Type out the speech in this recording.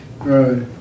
Right